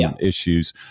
issues